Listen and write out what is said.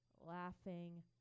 laughing